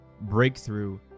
breakthrough